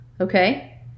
Okay